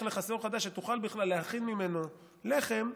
לך שאור חדש שתוכל בכלל להכין ממנו לחם,